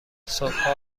صبحا